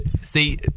see